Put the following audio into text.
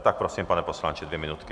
Tak prosím, pane poslanče, dvě minutky.